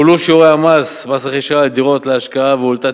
הועלו שיעורי מס רכישה על דירות להשקעה והועלתה